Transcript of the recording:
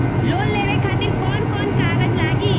Loan लेवे खातिर कौन कौन कागज लागी?